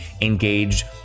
engaged